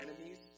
enemies